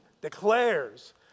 declares